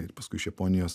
ir paskui iš japonijos